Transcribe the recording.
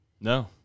No